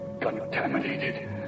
contaminated